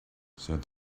said